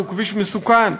שהוא כביש מסוכן,